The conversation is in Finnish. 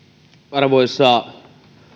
arvoisa